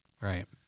Right